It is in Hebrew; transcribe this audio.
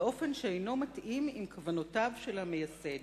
באופן שאינו מתאים עם כוונותיו של המייסד".